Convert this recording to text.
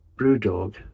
Brewdog